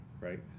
right